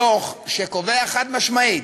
הדוח שקובע חד-משמעית